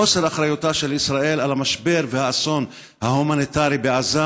חוסר אחריותה של ישראל למשבר והאסון ההומניטרי בעזה,